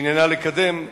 שעניינה לקדם,